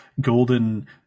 golden